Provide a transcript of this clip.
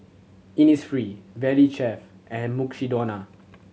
Innisfree Valley Chef and Mukshidonna